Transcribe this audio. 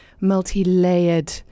multi-layered